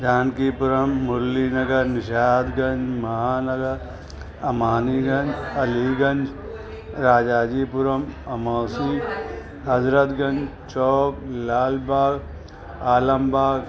जानकी पूरम Murli Nagar Nishatganj Mahanagar अमानीरन Aliganj Rajajipuram Amausi Hazratganj Chowk Lalbagh Alambagh